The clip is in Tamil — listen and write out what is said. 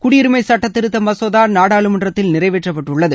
குடியுரிமைச் சுட்டத்திருத்த மசோதா நாடாளுமன்றத்தில் நிறைவேற்றப்பட்டுள்ளது